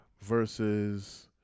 versus